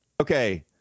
Okay